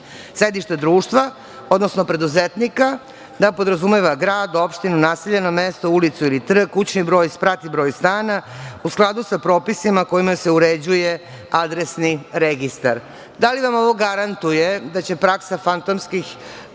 sedišta društva, odnosno preduzetnika. Podrazumeva grad, opštinu, naseljeno mesto, ulicu ili trg, kućni broj, sprat i broj stana, u skladu sa propisima kojima se uređuje adresni registar. Da li vam ovo garantuje da će praksa fantomskih